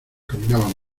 caminaban